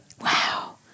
Wow